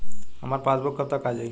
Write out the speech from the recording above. हमार पासबूक कब तक आ जाई?